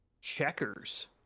Checkers